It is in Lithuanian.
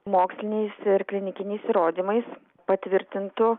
moksliniais ir klinikiniais įrodymais patvirtintų